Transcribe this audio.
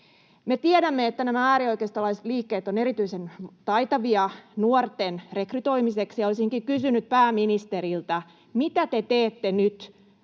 Me tiedämme, että nämä äärioikeistolaiset liikkeet ovat erityisen taitavia nuorten rekrytoimisessa, ja olisinkin kysynyt pääministeriltä: mitä te teette nyt